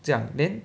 这样 then